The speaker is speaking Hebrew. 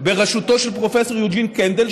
בראשותו של פרופסור יוג'ין קנדל.